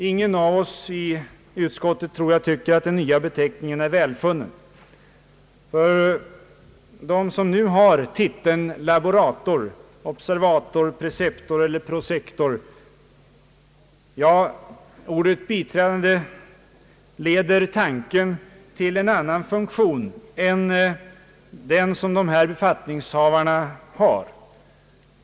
Ingen av oss i utskottet tycker att den nya beteckningen är välfunnen för dem som nu har titeln laborator, observator, preceptor eller prosektor. Ordet biträdande leder tanken till en annan funktion än den som de här befattningshavarna har.